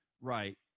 right